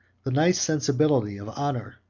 the nice sensibility of honor,